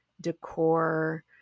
decor